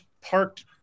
parked